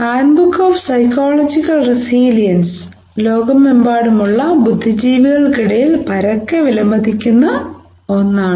handbook of psychological resilience ലോകമെമ്പാടുമുള്ള ബുദ്ധിജീവികൾക്കിടയിൽ പരക്കെ വിലമതിക്കപ്പെടുന്ന ഒന്നാണ്